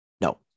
No